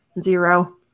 zero